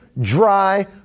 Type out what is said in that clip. dry